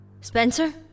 Spencer